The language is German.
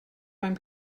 beim